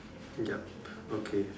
yup okay